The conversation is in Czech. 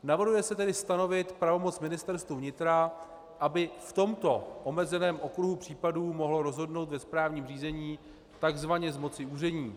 Navrhuje se tedy stanovit pravomoc Ministerstvu vnitra, aby v tomto omezeném okruhu případů mohlo rozhodnout ve správním řízení takzvaně z moci úřední.